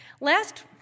Last